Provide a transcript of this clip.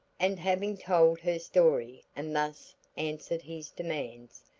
and having told her story and thus answered his demands,